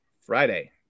Friday